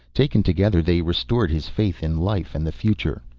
taken together they restored his faith in life and the future.